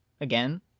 again